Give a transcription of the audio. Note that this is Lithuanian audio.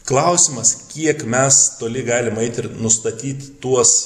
klausimas kiek mes toli galim eit ir nustatyt tuos